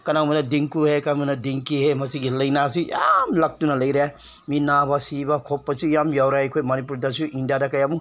ꯈꯔꯃꯅ ꯗꯤꯡꯒꯨ ꯍꯥꯏ ꯈꯔꯃꯅ ꯗꯤꯡꯒꯤ ꯍꯥꯏ ꯃꯁꯤꯒꯤ ꯂꯥꯏꯅꯥꯁꯤ ꯌꯥꯝ ꯂꯥꯛꯇꯨꯅ ꯂꯩꯔꯦ ꯃꯤ ꯅꯥꯕ ꯁꯤꯕ ꯈꯣꯠꯄꯁꯦ ꯌꯥꯝ ꯌꯥꯎꯔꯦ ꯑꯩꯈꯣꯏ ꯃꯅꯤꯄꯨꯔꯗꯁꯨ ꯏꯟꯗꯤꯌꯥꯗ ꯀꯌꯥꯃꯨꯛ